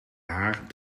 haar